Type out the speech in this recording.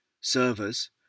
servers